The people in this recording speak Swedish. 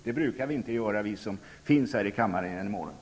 Det brukar inte vi som finns här i kammaren göra.